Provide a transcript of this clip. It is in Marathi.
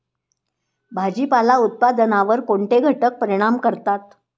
भाजीपाला उत्पादनावर कोणते घटक परिणाम करतात?